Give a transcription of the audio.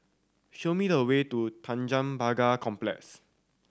show me the way to Tanjong Pagar Complex